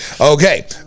Okay